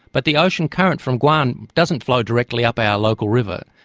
but the ocean current from guam doesn't flow directly up our local river,